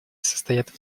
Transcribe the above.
состоят